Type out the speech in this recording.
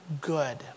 good